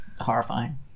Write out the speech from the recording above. horrifying